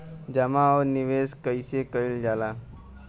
जमा और निवेश कइसे कइल जाला?